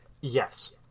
yes